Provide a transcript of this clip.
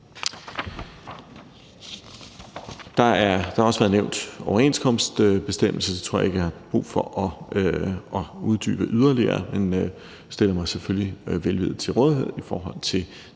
Der har også været nævnt overenskomstbestemmelser. Det tror jeg ikke jeg har brug for at uddybe yderligere, men jeg stiller mig selvfølgelig velvilligt til rådighed i den